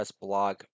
blog